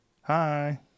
Hi